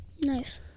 Nice